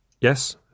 Yes